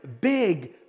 big